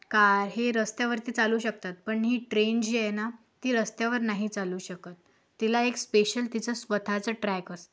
car हे रस्त्यावरती चालू शकतात पण ही ट्रेन जी आहे ना ती रस्त्यावर नाही चालू शकत तिला एक स्पेशल तिचं स्वतःचं ट्रॅक असते